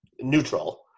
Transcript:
neutral